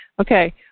Okay